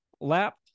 lap